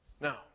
No